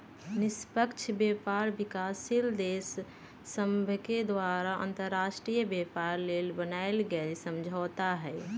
निष्पक्ष व्यापार विकासशील देश सभके द्वारा अंतर्राष्ट्रीय व्यापार लेल बनायल गेल समझौता हइ